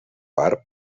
barb